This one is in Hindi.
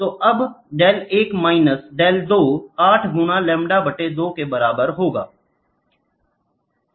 तो अब डेल 1 माइनस डेल 2 8 गुना लैंबडा बटे 2 के बराबर होगा